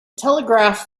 telegraph